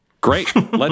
Great